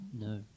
No